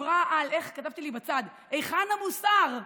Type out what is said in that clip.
כתבתי לי בצד: היכן המוסר,